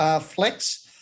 flex